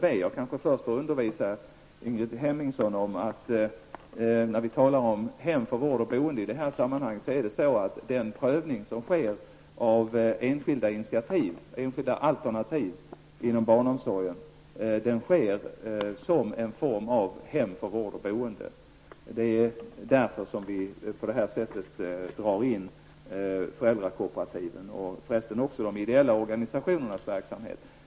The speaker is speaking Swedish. Jag får kanske först undervisa Ingrid Hemmingsson om, att när vi i detta sammanhang talar om hem för vård eller boende, förhåller det sig så, att den prövning som sker av enskilda alternativ inom barnomsorgen sker som en form av hem för vård eller boende. Det är därför som vi på detta sätt drar in föräldrakooperativen, liksom för resten också de ideella organisationernas verksamhet.